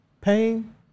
pain